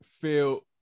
feel